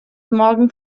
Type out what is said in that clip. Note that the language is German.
morgen